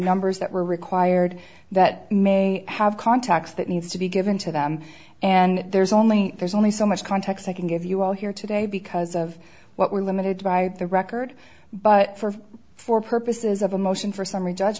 numbers that were required that may have contacts that needs to be given to them and there's only there's only so much context i can give you all here today because of what we're limited by the record but for for purposes of a motion for s